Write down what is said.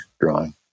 drawing